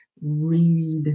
read